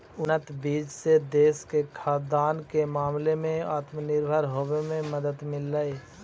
उन्नत बीज से देश के खाद्यान्न के मामले में आत्मनिर्भर होवे में मदद मिललई